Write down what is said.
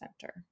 Center